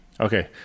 Okay